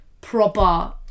proper